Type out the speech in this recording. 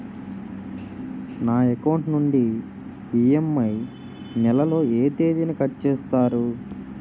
నా అకౌంట్ నుండి ఇ.ఎం.ఐ నెల లో ఏ తేదీన కట్ చేస్తారు?